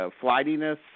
flightiness